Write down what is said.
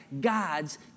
God's